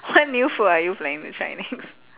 what new food are you planning to try next